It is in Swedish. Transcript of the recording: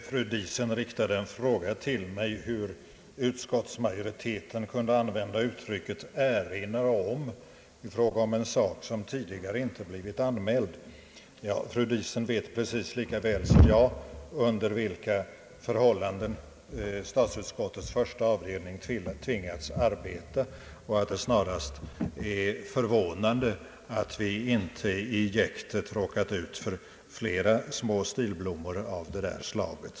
Herr talman! Fru Diesen frågade mig, hur utskottsmajoriteten kunde använda uttrycket »erinrar om» i fråga om en sak som tidigare inte blivit anmäld. Fru Diesen vet precis lika väl som jag under vilka förhållanden statsutskottets första avdelning tvingats arbeta, och det är snarast förvånande att vi i jäktet inte råkat ut för flera små stilblommor av detta slag.